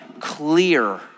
clear